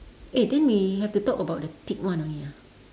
eh then we have to talk about the ticked one only ah